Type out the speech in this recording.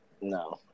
No